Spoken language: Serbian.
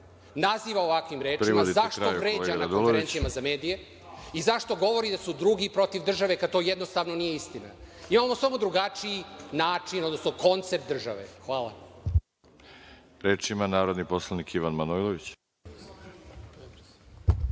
naziva ovakvim rečima, zašto vređa na konferencijama za medije i zašto govori da su drugi protiv države kada to jednostavno nije istina? Imamo samo drugačiji način, odnosno koncept države. Hvala. **Veroljub Arsić** Reč ima narodni poslanik Ivan Manojlović.